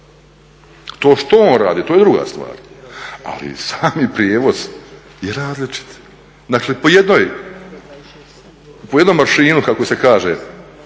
To što on radi, to je druga stvar, ali sami prijevoz je različiti. Dakle po jednom …, kako se kaže